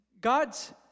God's